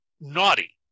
naughty